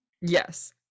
Yes